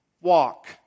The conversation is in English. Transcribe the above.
walk